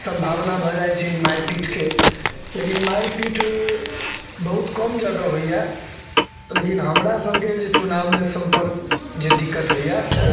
संभावना भऽ जाइत छै मारि पीटके लेकिन मारि पीट बहुत कम जगह होइया लेकिन हमरा सबके जे चुनाओमे सम्पर्क जे दिक्कत होइया